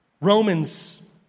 Romans